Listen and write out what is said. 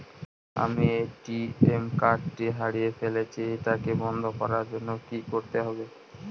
আমি ATM card টি হারিয়ে ফেলেছি এটাকে বন্ধ করার জন্য কি করতে হবে?